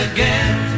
Again